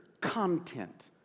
content